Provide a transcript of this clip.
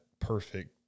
perfect